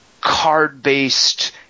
card-based